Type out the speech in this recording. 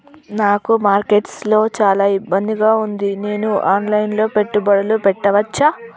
నాకు మార్కెట్స్ లో చాలా ఇబ్బందిగా ఉంది, నేను ఆన్ లైన్ లో పెట్టుబడులు పెట్టవచ్చా?